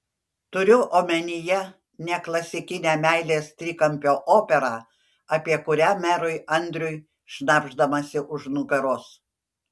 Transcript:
turiu omenyje ne klasikinę meilės trikampio operą apie kurią merui andriui šnabždamasi už nugaros